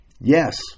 Yes